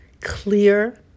clear